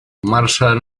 marshall